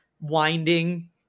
winding